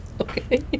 Okay